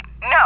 no